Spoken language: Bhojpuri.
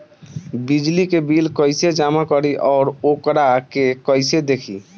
बिजली के बिल कइसे जमा करी और वोकरा के कइसे देखी?